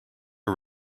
are